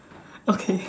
okay